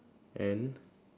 and